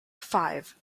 five